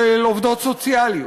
של עובדות סוציאליות,